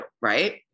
right